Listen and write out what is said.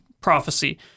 prophecy